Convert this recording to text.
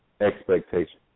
expectations